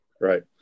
Right